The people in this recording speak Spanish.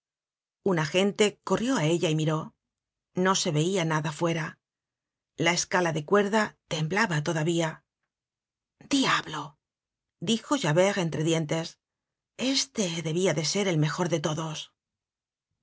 un agente corrió á ella y miró no se veia nada fuera la escala de cuerda temblaba todavía diablo dijo javcrt entre dientes este debia de ser el mejor de todos